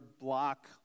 block